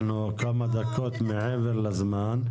אנחנו כמה דקות מעבר לזמן.